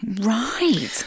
Right